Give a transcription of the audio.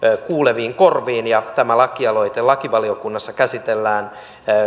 kuuleviin korviinsa ja tämä lakialoite lakivaliokunnassa käsitellään